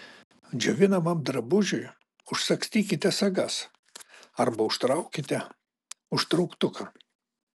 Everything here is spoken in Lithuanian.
džiovinamam drabužiui užsagstykite sagas arba užtraukite užtrauktuką